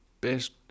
best